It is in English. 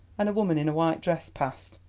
and a woman in a white dress passed.